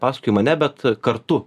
paskui mane bet kartu